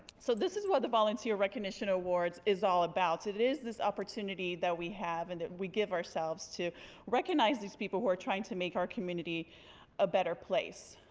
so this is what the volunteer recognition awards is all about. it is this opportunity that we have and that we give ourselves to recognize these people who are trying to make our community a better place.